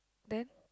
then